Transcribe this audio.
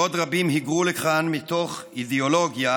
בעוד רבים היגרו לכאן מתוך אידיאולוגיה,